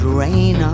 rain